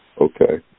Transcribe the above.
okay